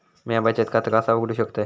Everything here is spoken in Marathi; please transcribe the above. म्या बचत खाता कसा उघडू शकतय?